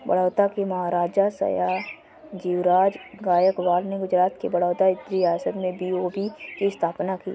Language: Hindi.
बड़ौदा के महाराजा, सयाजीराव गायकवाड़ ने गुजरात के बड़ौदा रियासत में बी.ओ.बी की स्थापना की